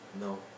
No